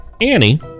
Annie